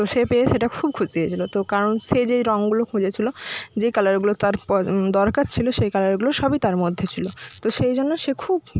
তো সে পেয়ে সেটা খুব খুশি হয়েছিলো তো কারণ সে যেই রঙগুলো খুঁজেছিলো যে কালারগুলো তার দরকার ছিলো সেই কালারগুলো সবই তার মধ্যে ছিলো তো সেই জন্য সে খুব